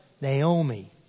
Naomi